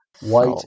White